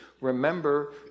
Remember